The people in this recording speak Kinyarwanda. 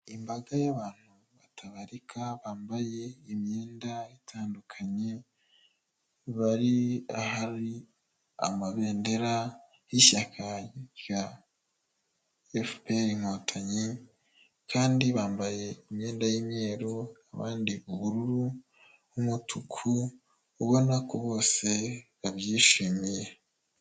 Imbaga y'abantu batabarika bambaye imyenda itandukanye, bari ahari amabendera y'ishyaka rya FPR Inkotanyi, kandi bambaye imyenda y'imyeru, abandi ubururu, umutuku ubona ko bose babyishimiye,